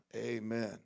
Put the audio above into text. amen